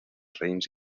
reims